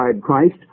Christ